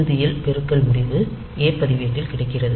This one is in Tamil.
இறுதியில் பெருக்கல் முடிவு A பதிவேட்டில் கிடைக்கிறது